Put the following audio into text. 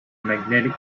magnetic